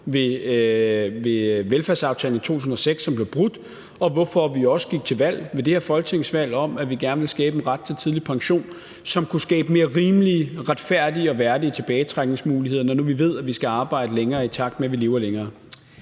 ved velfærdsaftalen i 2006, som blev brudt, hvorfor vi også gik til valg ved det her folketingsvalg på, at vi gerne ville skabe en ret til tidlig pension, som kunne skabe mere rimelige, retfærdige og værdige tilbagetrækningsmuligheder, når nu vi ved, at vi skal arbejde længere, i takt med at vi lever længere.